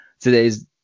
today's